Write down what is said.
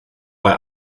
bei